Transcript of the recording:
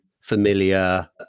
Familiar